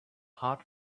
heart